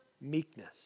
meekness